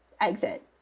exit